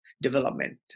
development